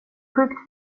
sjukt